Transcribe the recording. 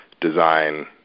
design